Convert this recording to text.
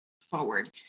forward